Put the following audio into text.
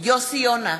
יוסי יונה,